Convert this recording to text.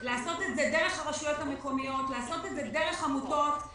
לעשות את זה דרך רשויות מקומיות, דרך עמותות.